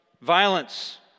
violence